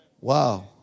Wow